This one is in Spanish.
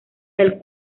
del